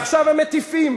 ועכשיו הם מטיפים.